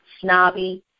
snobby